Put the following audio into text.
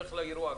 יילך לאירוע הגז.